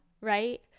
right